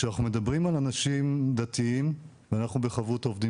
כשאנחנו מדברים על אנשים דתיים ואנחנו בחברותא עובדים